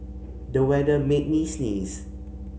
the weather made me sneeze